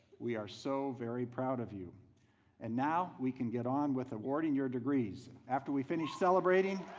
we are so very proud of you and now we can get on with awarding your degrees after we finished celebrating